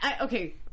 Okay